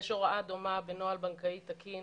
יש הוראה דומה בנוהל בנקאי תקין